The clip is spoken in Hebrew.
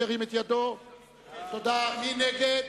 לא נתקבלה.